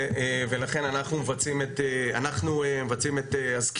אנחנו מבצעים את הזקיפות